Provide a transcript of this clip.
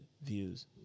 Views